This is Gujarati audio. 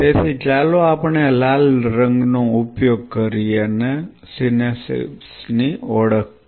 તેથી ચાલો આપણે લાલ રંગનો ઉપયોગ કરીએ ને સિનેપ્સ ની ઓળખ કરીએ